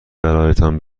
برایتان